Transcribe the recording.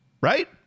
Right